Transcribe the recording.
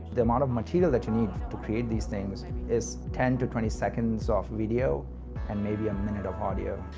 the amount of material that you need to create these things i mean is ten to twenty seconds ah of video and maybe a minute of audio.